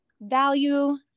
value